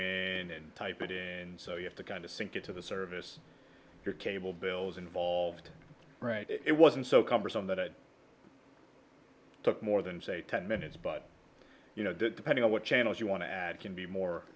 in and type it in so you have to kind of sync it to the service your cable bill was involved it wasn't so cumbersome that it took more than say ten minutes but you know depending on what channels you want to add can be more